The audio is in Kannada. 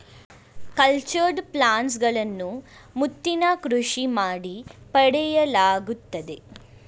ಕಲ್ಚರ್ಡ್ ಪರ್ಲ್ಸ್ ಗಳನ್ನು ಮುತ್ತಿನ ಕೃಷಿ ಮಾಡಿ ಪಡೆಯಲಾಗುತ್ತದೆ